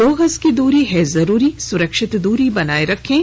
दो गज की दूरी है जरूरी सुरक्षित दूरी बनाए रखें